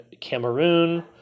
cameroon